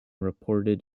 reported